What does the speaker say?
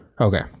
Okay